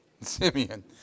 Simeon